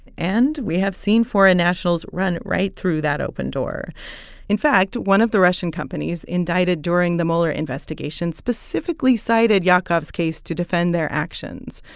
and we have seen foreign nationals run right through that open door in fact, one of the russian companies indicted during the mueller investigation specifically cited yaakov's case to defend their actions.